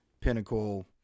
pinnacle